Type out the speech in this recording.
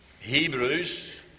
Hebrews